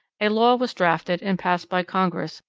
a law was drafted, and passed by congress,